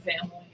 family